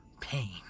pain